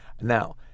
Now